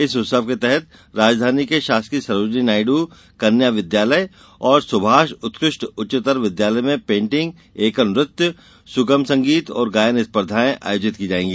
इस उत्सव के तहत राजधानी के शासकीय सरोजिनी नायडू कन्या विद्यालय और सुभाष उत्कृष्ट उच्चतर विद्यालय में पेण्टिंग एकल नृत्य सुगम संगीत और गायन स्पर्धाये आयोजित की जायेंगी